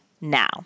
now